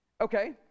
Okay